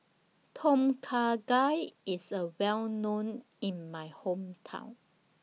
Tom Kha Gai IS Well known in My Hometown